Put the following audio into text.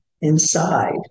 inside